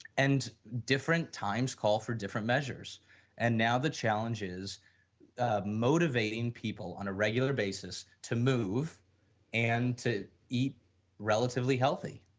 and, different times call for different measures and, now the challenge is ah motivating people on a regular basis to move and to eat relatively healthy.